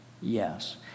yes